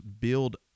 build